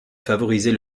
favoriser